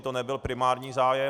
To nebyl primární zájem.